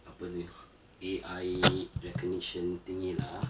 apa ni A_I recognition thingy lah